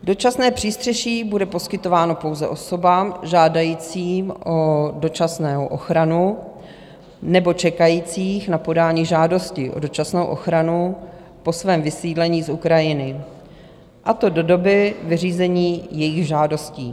Dočasné přístřeší bude poskytováno pouze osobám žádajícím o dočasnou ochranu nebo čekajícím na podání žádosti o dočasnou ochranu po svém vysídlení z Ukrajiny, a to do doby vyřízení jejich žádostí.